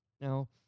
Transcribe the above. Now